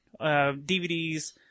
DVDs